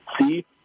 see